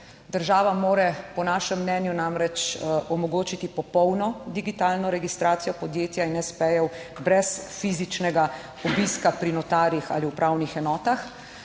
Država mora po našem mnenju namreč omogočiti popolno digitalno registracijo podjetja in s. p.-jev brez fizičnega obiska pri notarjih ali upravnih enotah.